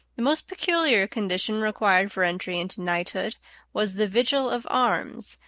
the most peculiar condition required for entry into knighthood was the vigil of arms,